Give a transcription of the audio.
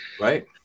Right